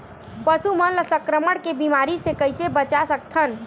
पशु मन ला संक्रमण के बीमारी से कइसे बचा सकथन?